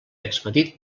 expedit